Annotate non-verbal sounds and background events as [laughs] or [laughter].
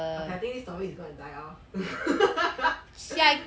okay I think this story is going to die off [laughs]